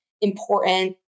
important